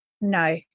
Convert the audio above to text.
no